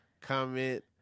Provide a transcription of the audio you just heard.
comment